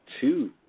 two